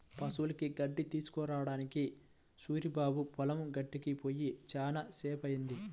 పశువులకి గడ్డి కోసుకురావడానికి సూరిబాబు పొలం గట్టుకి పొయ్యి చాలా సేపయ్యింది